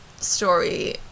story